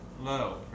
low